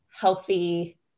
healthy